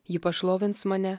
ji pašlovins mane